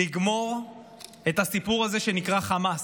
לגמור את הסיפור הזה שנקרא חמאס,